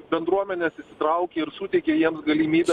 bendruomenės įsitraukia ir suteikia jiems galimybę